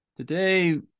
Today